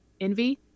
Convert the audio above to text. Envy